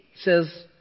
says